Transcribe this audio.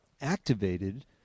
activated